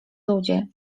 ludzie